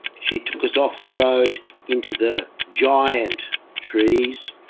she took us off the road into the giant trees